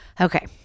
Okay